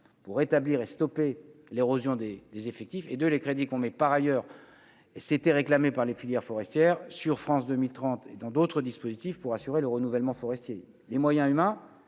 pour rétablir et stopper l'érosion des des effectifs et de les crédits qu'on met par ailleurs et c'était réclamé par les filières forestière sur France 2030 et dans d'autres dispositifs pour assurer le renouvellement forestier, les moyens humains,